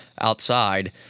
outside